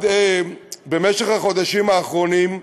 במשך החודשים האחרונים,